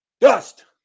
dust